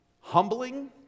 humbling